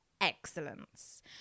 excellence